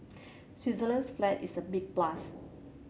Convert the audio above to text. Switzerland's flag is a big plus